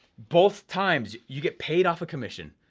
both times, you get paid off of commission.